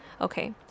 okay